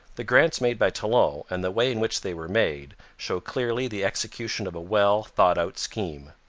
the grants made by talon, and the way in which they were made, show clearly the execution of a well thought-out scheme.